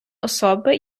особи